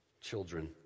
children